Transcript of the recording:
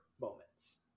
moments